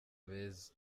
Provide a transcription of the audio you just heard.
beza